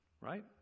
right